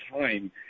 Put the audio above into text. time